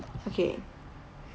okay